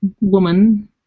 woman